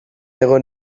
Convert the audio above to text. egon